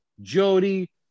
Jody